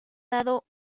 dado